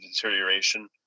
deterioration